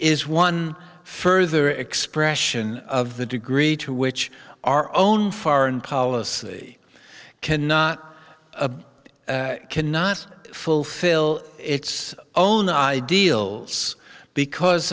is one further expression of the degree to which our own foreign policy cannot cannot fulfill its own ideals because